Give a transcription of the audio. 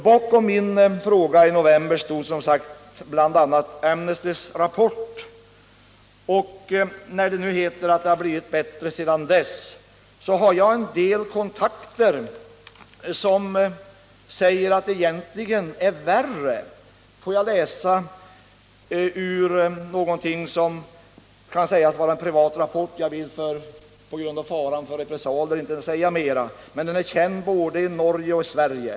Bakom min fråga i november stod bl.a. Amnesty Internationals rapport. När det nu heter att det blivit bättre sedan dess vill jag nämna att jag har en del kontakter som säger att det egentligen har blivit värre. Låt mig läsa ur någonting som kan sägas vara en privatrapport. Jag vill på grund av faran för repressalier inte säga mer, men rapporten är känd både i Norge och i Sverige.